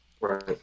Right